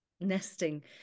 nesting